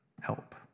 help